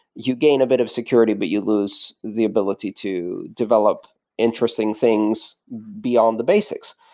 you gain a bit of security, but you lose the ability to develop interesting things beyond the basics.